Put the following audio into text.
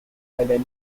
highland